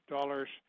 Dollars